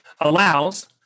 allows